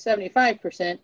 seventy five percent